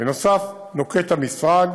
בנוסף, המשרד